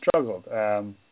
struggled